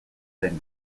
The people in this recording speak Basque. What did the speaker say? zen